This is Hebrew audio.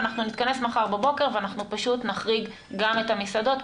נתכנס מחר בבוקר ופשוט נחריג גם את המסעדות,